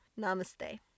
Namaste